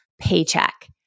paycheck